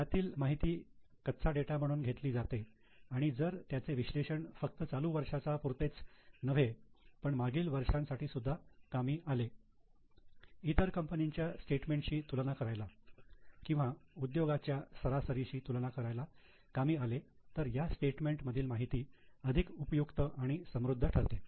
त्यातील माहिती कच्चा डेटा म्हणून घेतली जाते आणि जर त्याचे विश्लेषण फक्त चालू वर्षाचा पुरतेच नव्हे पण मागील वर्षांसाठी सुद्धा कामी आले इतर कंपनीच्या स्टेटमेंटशी तुलना करायला किंवा उद्योगाच्या सरासरीशी तुलना करायला कामी आले तर या स्टेटमेंट मधील माहिती अधिक उपयुक्त आणि समृद्ध ठरेल